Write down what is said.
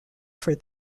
for